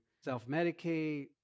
self-medicate